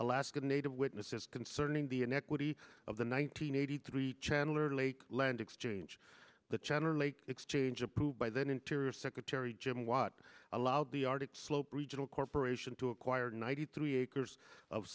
alaskan native witnesses concerning the inequity of the nine hundred eighty three channelers lake land exchange that generally exchange approved by then interior secretary jim watt allowed the arctic slope regional corporation to acquire ninety three acres of